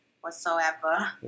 whatsoever